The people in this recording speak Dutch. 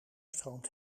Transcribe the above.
stroomt